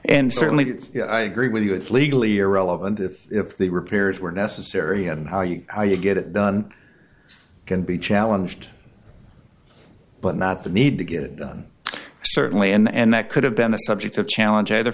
and certainly i agree with you it's legally irrelevant if the repairs were necessary and how you how you get it done can be challenged but not the need to get it done certainly and that could have been a subject of challenge either